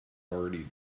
already